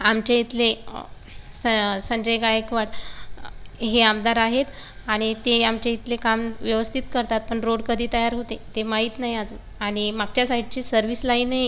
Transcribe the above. आमचे इथले सं संजय गायकवाड हे आमदार आहेत आणि ते आमच्या इथले काम व्यवस्थित करतात पण रोड कधी तयार होते ते माहीत नाही अजून आणि मागच्या साईडची सर्विस लाईनही